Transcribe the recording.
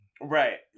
right